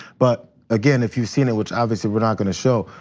but again, if you've seen it, which obviously we're not gonna show,